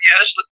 Yes